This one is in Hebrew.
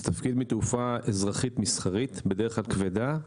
זה תפקיד מתעופה אזרחית מסחרית, בדרך כלל כבדה.